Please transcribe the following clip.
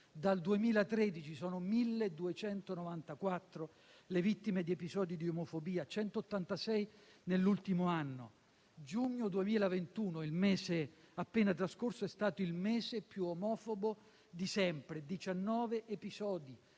Dal 2013 sono 1.294 le vittime di episodi di omofobia, 186 nell'ultimo anno. Il mese di giugno 2021, appena trascorso, è stato il più omofobo di sempre: 19 episodi,